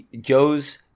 Joe's